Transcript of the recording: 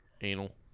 Anal